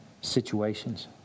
situations